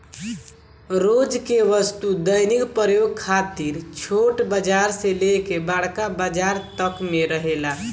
रोज के वस्तु दैनिक प्रयोग खातिर छोट बाजार से लेके बड़का बाजार तक में रहेला